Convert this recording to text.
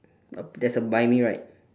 there's a buy me right